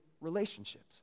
relationships